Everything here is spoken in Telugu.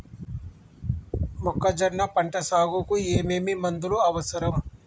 మొక్కజొన్న పంట సాగుకు ఏమేమి మందులు అవసరం?